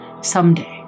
someday